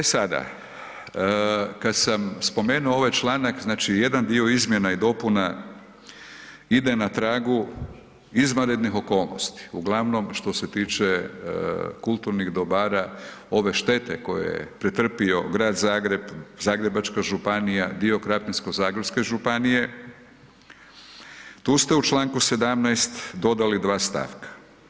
E sada, kad sam spomenuo ovaj članak znači jedan dio izmjena i dopuna ide na tragu izvanrednih okolnosti uglavnom što se tiče kulturnih dobara ove štete koje je pretrpio Grad Zagreb, Zagrebačka županija, dio Krapinsko-zagorske županije tu ste u članku 17. dodali dva stavka.